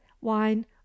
wine